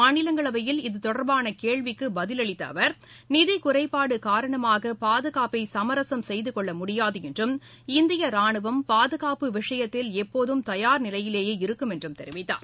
மாநிலங்களவையில் இது தொடா்பான கேள்விக்குப் பதிலளித்த அவா் நிதி குறைபாடு காரணமாக பாதகாப்பை சமரசம் செய்து கொள்ள முடியாது என்றும் இந்திய ரானுவம் பாதகாப்பு விஷயத்தில் எப்போதும் தயார் நிலையிலேயே இருக்கும் என்று தெரிவித்தார்